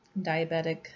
Diabetic